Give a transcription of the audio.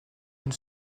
une